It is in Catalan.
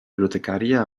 bibliotecària